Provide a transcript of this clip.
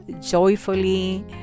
joyfully